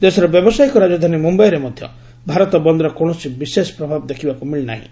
ଦେଶର ବ୍ୟାବସାୟିକ ରାଜଧାନୀ ମୁମ୍ୟାଇରେ ମଧ୍ୟ ଭାରତ ବନ୍ଦ୍ର କୌଣସି ବିଶେଷ ପ୍ରଭାବ ଦେଖିବାକୁ ମିଳି ନାହିଁ